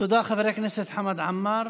תודה, חבר הכנסת חמד עמאר.